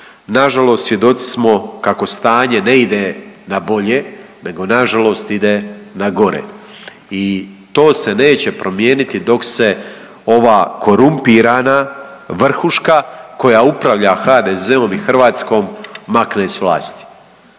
Nažalost svjedoci smo kako stanje ne ide na bolje nego nažalost ide na gore i to se neće promijeniti dok se ova korumpirana vrhuška koja upravlja HDZ-om i Hrvatskom makne s vlasti.